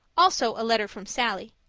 also a letter from sallie.